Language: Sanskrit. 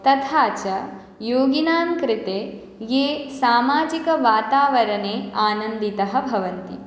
तथा च योगिनां कृते ये सामाजिकवातावरणे आनन्दिताः भवन्ति